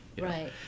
Right